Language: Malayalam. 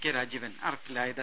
കെ രാജീവൻ അറസ്റ്റിലായത്